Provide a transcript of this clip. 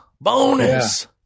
Bonus